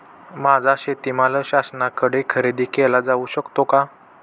माझा शेतीमाल शासनाकडे खरेदी केला जाऊ शकतो का?